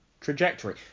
trajectory